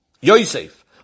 Yosef